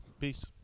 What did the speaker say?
Peace